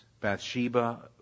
Bathsheba